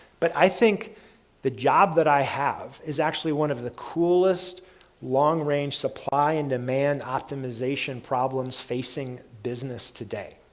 but i think the job that i have is actually one of the coolest long-range supply and demand optimization problems facing business today,